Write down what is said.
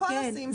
הכול לשים שם.